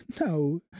no